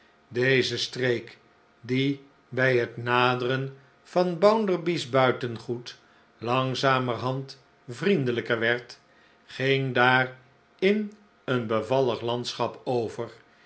deze streek die bij het naderen van bounderby's buitengoed langzamerhand vriendelijker werd ging daar in een bevallig landschap over